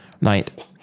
Night